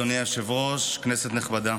אדוני היושב-ראש, כנסת נכבדה,